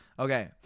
Okay